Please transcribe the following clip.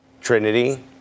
Trinity